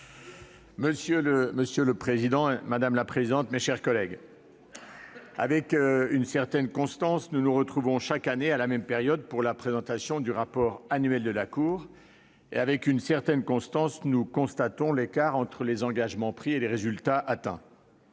Monsieur le président, madame la Première présidente, mes chers collègues, avec une certaine constance, nous nous retrouvons chaque année à la même période pour la présentation du rapport annuel de la Cour, et toujours avec une certaine constance, nous constatons l'écart entre les engagements pris et les résultats atteints